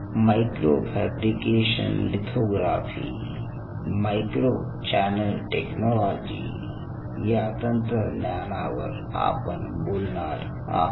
micro fabrication lithography micro channel technology या तंत्रज्ञानावर आपण बोलणार आहोत